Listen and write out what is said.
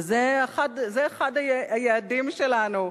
וזה אחד היעדים שלנו,